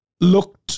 looked